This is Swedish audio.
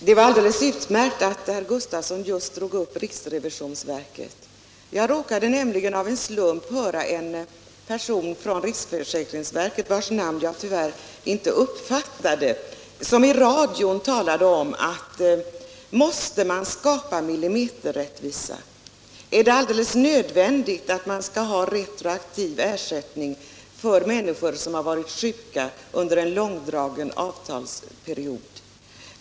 Herr talman! Det var alldeles utmärkt att herr Gustavsson nämnde riksrevisionsverket. Jag råkade nämligen av en slump höra en person från detta verk tala i radion — jag uppfattade tyvärr inte hans namn — och han frågade: Måste man skapa millimeterrättvisa? Är det alldeles nödvändigt att ha retroaktiv ersättning för människor som har varit sjuka under en långdragen avtalsperiod?